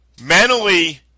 Mentally